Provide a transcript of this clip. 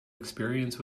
experience